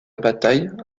bataille